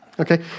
okay